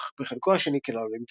אך בחלקו השני כלל לא נמצאת.